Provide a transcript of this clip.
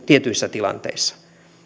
tietyissä tilanteissa